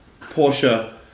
Porsche